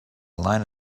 line